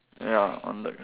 ya on the